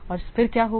और फिर क्या होगा